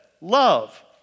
Love